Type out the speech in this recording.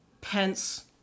Pence